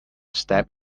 step